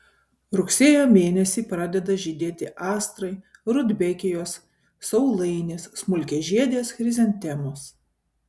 rugsėjo mėnesį pradeda žydėti astrai rudbekijos saulainės smulkiažiedės chrizantemos